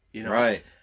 Right